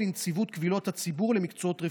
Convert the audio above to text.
לנציבות קבילות הציבור למקצועות רפואיים.